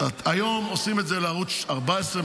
היום עושים את זה לערוץ 14,